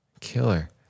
Killer